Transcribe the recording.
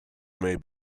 may